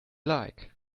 like